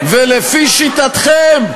ולפי שיטתכם,